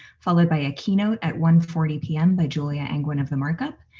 followed by a keynote at one forty p m. by julia angwin of the markup,